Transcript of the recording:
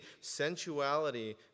Sensuality